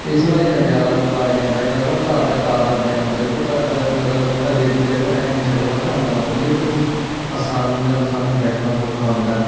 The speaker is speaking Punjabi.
ਇਸ ਨਾਲ ਇਹ ਕੰਡਿਆਲਾ ਵੀ ਪਾਇਆ ਜਾਂਦਾ ਏ ਰਬੜ ਧਾ ਦੇ ਤਾਰ ਦਾ ਬਣਿਆ ਹੁੰਦਾ ਇਹਤੇ ਪਰ ਮਤਲਬ ਅੰਗਰੇਜ਼ੀ ਦੇ ਅੱਖਰ ਐਚ ਦੀ ਸ਼ਕਲ ਵਰਗਾ ਹੁੰਦਾ ਮਤਲਬ ਇਹਦੇ ਵਿੱਚ ਅਸੀਂ ਆਸਾਨੀ ਨਾਲ ਸਾਨੂੰ ਬੈਠਣਾ ਸੌਖਾ ਹੋ ਜਾਂਦਾ